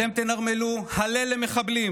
אתם תנרמלו הלל למחבלים.